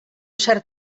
cert